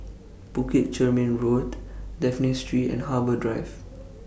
Bukit Chermin Road Dafne Street and Harbour Drive